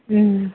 ம்